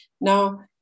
Now